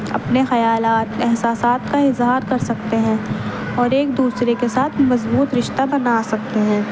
اپنے خیالات احساسات کا اظہار کر سکتے ہیں اور ایک دوسرے کے ساتھ مضبوط رشتہ بنا سکتے ہیں